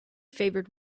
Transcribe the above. favored